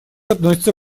относится